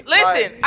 Listen